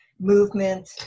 movement